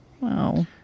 Wow